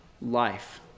life